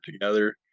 together